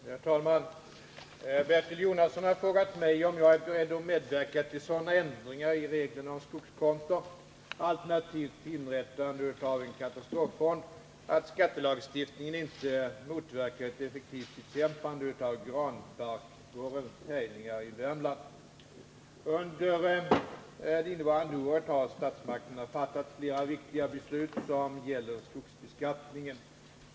Herr talman! Bertil Jonasson har frågat mig om jag är beredd att medverka till sådana ändringar i reglerna om skogskonto — alternativt till inrättande av en katastroffond — att skattelagstiftningen inte motverkar ett effektivt bekämpande av granbarkborrens härjningar i Värmland. Under det innevarande året har statsmakterna fattat flera viktiga beslut som gäller skogsbeskattningen.